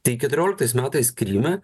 tai keturioliktais metais kryme